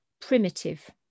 primitive